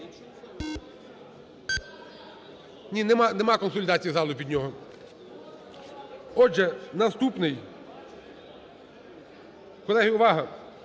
Ні, немає консолідації залу під нього. Отже, наступний. Колеги, увага!